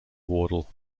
wardle